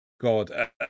God